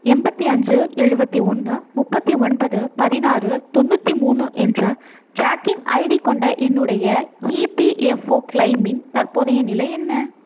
எண்பத்தி அஞ்சு எழுபத்தி ஒன்று முப்பத்து ஒன்பது பதினாறு தொண்ணுாற்றி மூணு என்ற டிராக்கிங் ஐடி கொண்ட என்னுடைய இபிஎஃப்ஓ கிளெய்மின் தற்போதைய நிலை என்ன